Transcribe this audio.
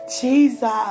Jesus